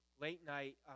late-night